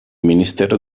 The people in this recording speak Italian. ministero